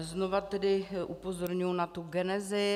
Znova tedy upozorňuji na tu genezi.